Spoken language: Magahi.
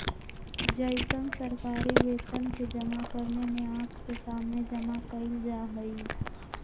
जैसन सरकारी वेतन के जमा करने में आँख के सामने जमा कइल जाहई